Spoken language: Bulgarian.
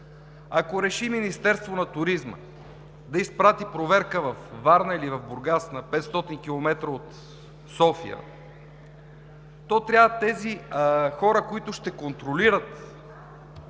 Ако реши Министерството на туризма да изпрати проверка във Варна или Бургас – на 500 км от София, то трябва тези хора, които ще контролират